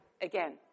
again